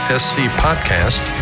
scpodcast